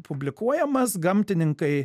publikuojamas gamtininkai